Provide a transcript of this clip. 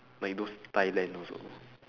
like those thailand also